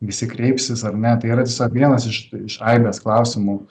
visi kreipsis ar ne tai yra tiesiog vienas iš iš aibės klausimų